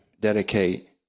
dedicate